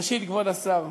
ראשית, כבוד השר,